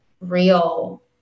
real